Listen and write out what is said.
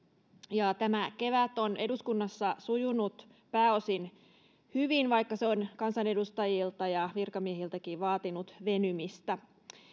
tämä kevät on eduskunnassa sujunut pääosin hyvin vaikka se on kansanedustajilta ja virkamiehiltäkin vaatinut venymistä